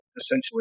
essentially